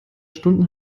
stunden